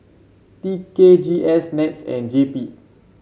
T K G S NETS and J P